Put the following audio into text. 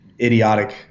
idiotic